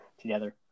together